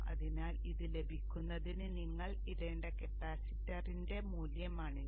അതിനാൽ ഇത് ലഭിക്കുന്നതിന് നിങ്ങൾ ഇടേണ്ട കപ്പാസിറ്ററിന്റെ മൂല്യമാണിത്